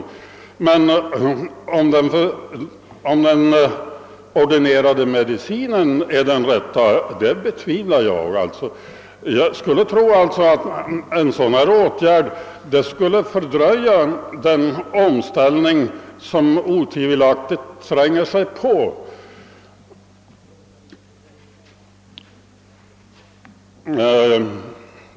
Jag betvivlar däremot att den ordinerade medicinen är den rätta. Jag skulle tro att en sådan här åtgärd skulle fördröja den omställning som otvivelaktigt tränger sig på.